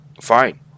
fine